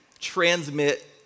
transmit